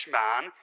man